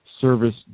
service